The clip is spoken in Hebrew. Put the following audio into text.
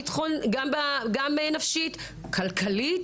נפשית וכלכלית.